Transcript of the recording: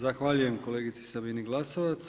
Zahvaljujem kolegici Sabini Glasovac.